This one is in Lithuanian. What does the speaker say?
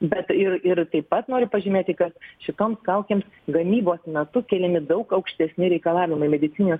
bet ir ir taip pat noriu pažymėti kad šitoms kaukėms gamybos metu keliami daug aukštesni reikalavimai medicininėms